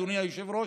אדוני היושב-ראש,